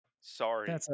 sorry